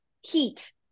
heat